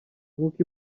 nkuko